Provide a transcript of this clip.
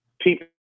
people